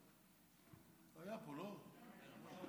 אדוני